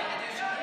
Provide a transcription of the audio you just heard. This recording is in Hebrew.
ההסתייגות (11)